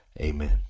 Amen